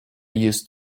used